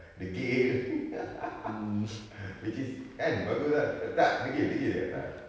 degil which is kan bagus ah ke tak degil degil dia ke tak